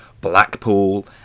Blackpool